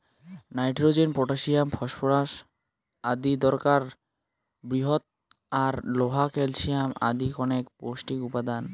nitrogen, potassium, phosphorus অতিদরকারী বৃহৎ আর লোহা, ক্যালশিয়াম আদি কণেক পৌষ্টিক উপাদান